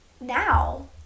now